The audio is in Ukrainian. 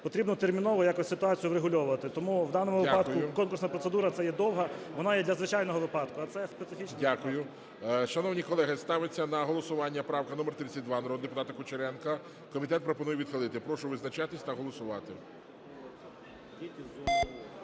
потрібно терміново якось ситуацію врегульовувати. Тому у даному випадку конкурсна процедура це є довга, вона є для звичайного випадку, а це… ГОЛОВУЮЧИЙ. Дякую. Шановні колеги, ставиться на голосування правка номер 32 народного депутата Кучеренка. Комітет пропонує відхилити. Прошу визначатись та голосувати.